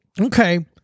Okay